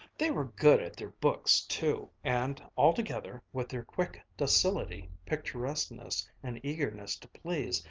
they were good at their books too, and altogether, with their quick docility, picturesqueness, and eagerness to please,